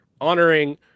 Honoring